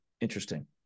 Interesting